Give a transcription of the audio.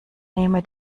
nehme